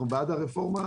אנחנו בעד הרפורמה,